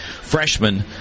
freshman